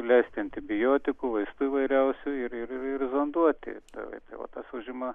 leisti antibiotikų vaistų įvairiausių ir ir ir zonduoti tai va tai va tas užima